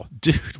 dude